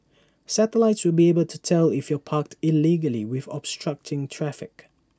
satellites will be able to tell if you're parked illegally and obstructing traffic